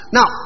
Now